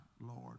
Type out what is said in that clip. Lord